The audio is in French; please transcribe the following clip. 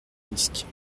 risques